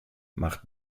macht